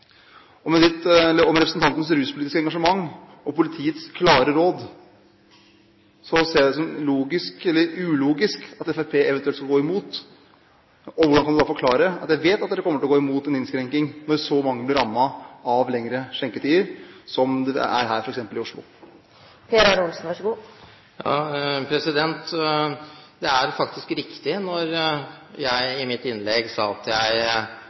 representantens ruspolitiske engasjement og politiets klare råd ser jeg det som ulogisk at Fremskrittspartiet eventuelt skal gå imot. Hvordan kan representanten da forklare at Fremskrittspartiet kommer til å gå imot en innskrenking – for det vet jeg at de vil gjøre – når så mange blir rammet av lengre skjenketider, som f.eks. her i Oslo? Det er faktisk riktig når jeg i mitt innlegg sa at jeg